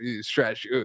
stretch